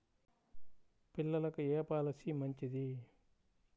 పిల్లలకు ఏ పొలసీ మంచిది?